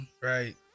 Right